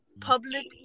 public